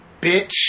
Bitch